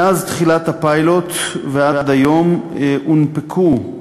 מאז תחילת הפיילוט ועד היום הונפקו: